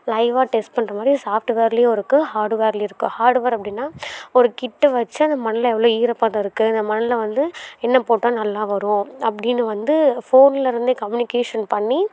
லைவாக டெஸ்ட் பண்ணுற மாதிரி சாஃப்ட்டுவேர்லேயும் இருக்குது ஹார்டுவேர்லேயும் இருக்குது ஹார்டுவேர் அப்படின்னா ஒரு கிட்டே வைச்சு அந்த மணலில் எவ்வளோ ஈரப்பதம் இருக்குது அந்த மணலில் வந்து என்ன போட்டால் நல்லா வரும் அப்படின்னு வந்து ஃபோனில் இருந்தே கம்யூனிகேஷன் பண்ணி